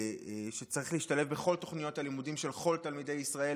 שצריך להשתלב בכל תוכניות הלימודים של כל תלמידי ישראל,